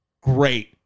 great